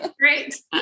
Great